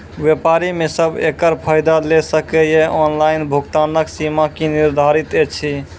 व्यापारी सब एकरऽ फायदा ले सकै ये? ऑनलाइन भुगतानक सीमा की निर्धारित ऐछि?